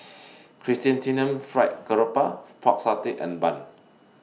Chrysanthemum Fried Garoupa Pork Satay and Bun